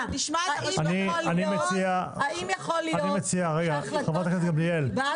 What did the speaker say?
יכול להיות שלחצו עלייך ואת